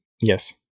Yes